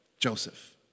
Joseph